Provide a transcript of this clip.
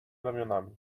ramionami